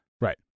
right